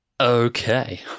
Okay